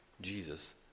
Jesus